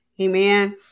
Amen